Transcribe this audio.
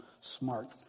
smart